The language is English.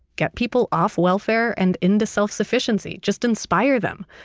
get people off welfare and into self-sufficiency. just inspire them,